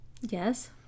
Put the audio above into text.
Yes